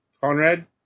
Conrad